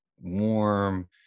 warm